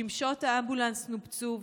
שמשות האמבולנס נופצו,